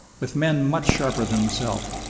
with men much sharper than himself,